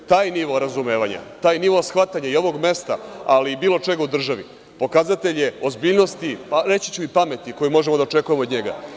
Taj nivo razumevanja, taj nivo shvatanja i ovog mesta, ali i bilo čega u državi, pokazatelj je ozbiljnosti, pa reći ću i pameti koju možemo i da očekujemo od njega.